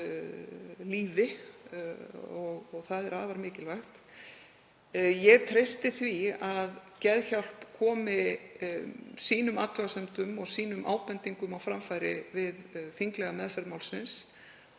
lífi og það er afar mikilvægt. Ég treysti því að Geðhjálp komi athugasemdum sínum og ábendingum á framfæri við þinglega meðferð málsins